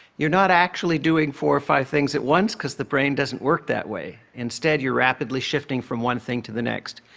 you're not actually doing four or five things at once, because the brain doesn't work that way. instead, you're rapidly shifting from one thing to the next,